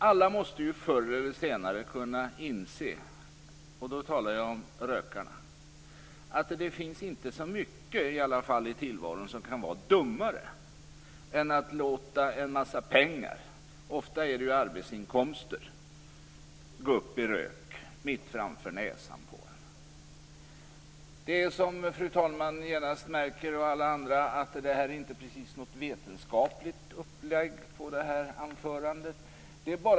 Alla måste ju förr eller senare inse - och jag talar då om rökarna - att det inte finns så mycket i tillvaron som kan vara dummare än att låta en massa pengar, ofta arbetsinkomster, gå upp i rök mitt framför näsan på en. Det är som ni, fru talman, och alla andra märker inte precis något vetenskapligt upplägg på det här anförandet.